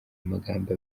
amagambo